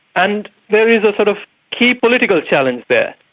and there is a sort of key political challenge there.